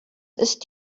ist